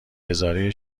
هزاره